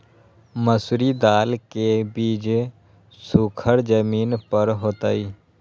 मसूरी दाल के बीज सुखर जमीन पर होतई?